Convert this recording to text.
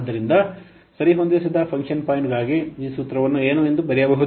ಆದ್ದರಿಂದ ಸರಿಹೊಂದಿಸದ ಫಂಕ್ಷನ್ ಪಾಯಿಂಟ್ಗಾಗಿ ಈ ಸೂತ್ರವನ್ನು ಏನು ಎಂದು ಬರೆಯಬಹುದು